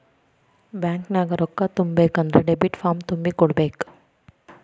ಬ್ಯಾಂಕ್ನ್ಯಾಗ ರೊಕ್ಕಾ ತಕ್ಕೊಬೇಕನ್ದ್ರ ಡೆಬಿಟ್ ಫಾರ್ಮ್ ತುಂಬಿ ಕೊಡ್ಬೆಕ್